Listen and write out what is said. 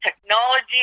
technology